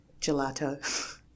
Gelato